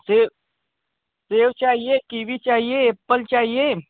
save सेव चाहिये kiwi चाहिये एप्पल चाहिये